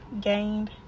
gained